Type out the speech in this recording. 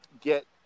get